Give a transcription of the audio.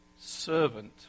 servant